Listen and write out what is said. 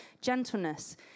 gentleness